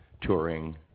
touring